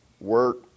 work